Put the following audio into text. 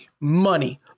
money